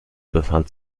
befand